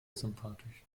sympathisch